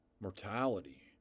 mortality